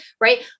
right